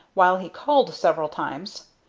while he called several times,